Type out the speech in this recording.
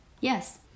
yes